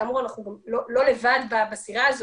כאמור, אנחנו גם לא לבד בסירה הזו,